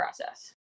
process